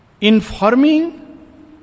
Informing